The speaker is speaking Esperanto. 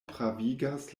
pravigas